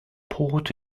port